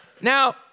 Now